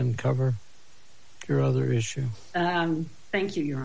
and cover your other issue thank you your